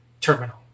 terminal